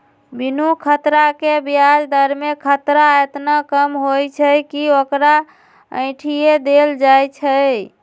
बिनु खतरा के ब्याज दर में खतरा एतना कम होइ छइ कि ओकरा अंठिय देल जाइ छइ